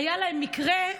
היה להם מקרה,